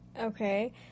Okay